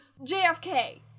JFK